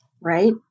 right